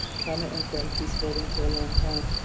trauma, informed peacebuilding for a long time.